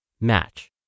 Match